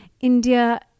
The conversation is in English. india